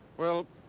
well,